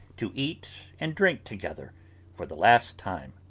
to eat and drink together for the last time.